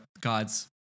God's